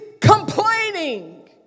complaining